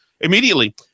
immediately